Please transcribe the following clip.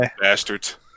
bastards